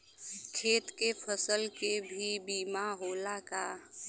खेत के फसल के भी बीमा होला का?